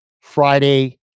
Friday